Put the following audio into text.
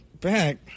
back